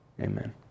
Amen